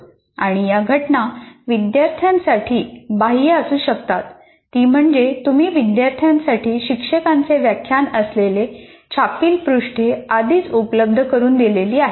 आणि या घटना विद्यार्थ्यासाठी बाह्य असू शकतात ती म्हणजे तुम्ही विद्यार्थ्यांसाठी शिक्षकांचे व्याख्यान असलेली छापील पृष्ठे आधीच उपलब्ध करुन दिलेली आहेत